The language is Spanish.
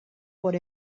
por